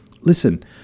Listen